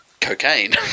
cocaine